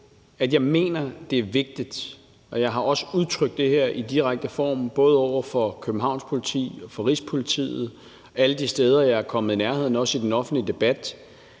at jeg mener, at det er vigtigt – og jeg har også udtrykt det her i direkte form, både over for Københavns Politi og Rigspolitiet, og alle de steder, jeg er kommet, også i den offentlige debat